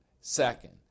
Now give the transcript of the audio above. Second